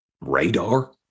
radar